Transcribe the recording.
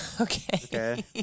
Okay